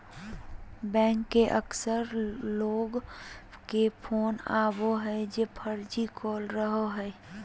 bank से अक्सर लोग के फोन आवो हइ जे फर्जी कॉल रहो हइ